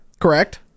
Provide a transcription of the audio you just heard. Correct